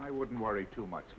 i wouldn't worry too much